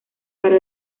para